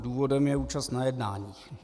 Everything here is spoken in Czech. Důvodem je účast na jednáních.